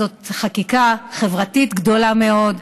זאת חקיקה חברתית גדולה מאוד,